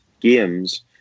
games